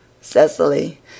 Cecily